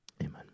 Amen